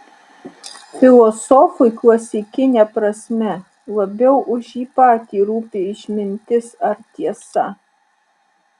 filosofui klasikine prasme labiau už jį patį rūpi išmintis ar tiesa